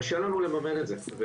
קשה לנו לממן את זה.